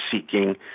seeking